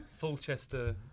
Fulchester